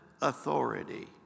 authority